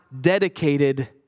dedicated